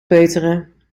peuteren